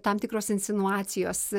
tam tikros insinuacijos